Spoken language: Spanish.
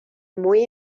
muy